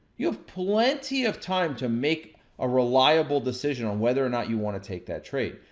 you have plenty of time to make a reliable decision on whether or not you wanna take that trade.